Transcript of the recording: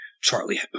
Charlie